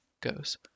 goes